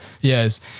Yes